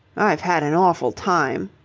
i've had an awful time,